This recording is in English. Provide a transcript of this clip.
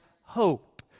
hope